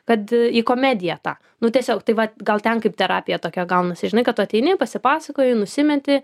kad į komediją tą nu tiesiog tai va gal ten kaip terapija tokia gaunasi žinai kad ateini pasipasakoji nusimetė